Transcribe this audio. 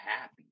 happy